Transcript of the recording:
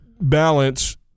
balance